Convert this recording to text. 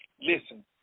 Listen